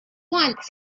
once